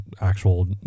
actual